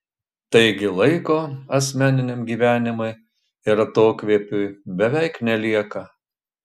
taigi laiko asmeniniam gyvenimui ir atokvėpiui beveik nelieka